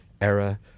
era